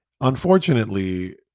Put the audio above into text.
unfortunately